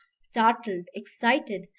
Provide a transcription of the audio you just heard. startled, excited,